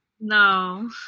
no